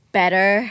better